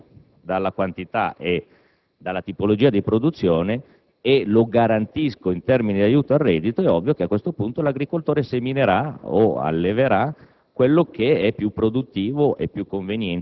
Se scindo completamente l'aiuto dalla quantità e dalla tipologia di produzione e lo garantisco in termini di aiuto al reddito, è ovvio che a questo punto l'agricoltore seminerà o alleverà